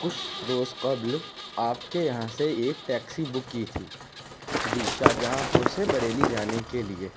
کچھ روز قبل آپ کے یہاں سے ایک ٹیکسی بک کی تھی جی شاہجہاں پور سے بریلی جانے کے لیے